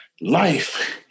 life